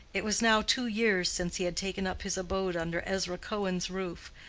it was now two years since he had taken up his abode under ezra cohen's roof,